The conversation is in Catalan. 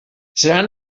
seran